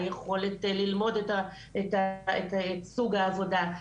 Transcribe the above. היכולת ללמוד את סוג העבודה.